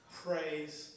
praise